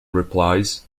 replies